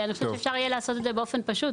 אני חושבת שאפשר יהיה לעשות את זה באופן פשוט.